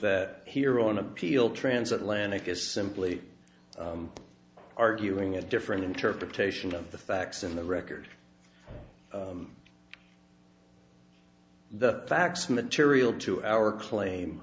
that here on appeal transatlantic is simply arguing a different interpretation of the facts in the record the facts material to our claim